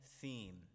theme